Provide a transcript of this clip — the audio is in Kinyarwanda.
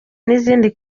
n’izindi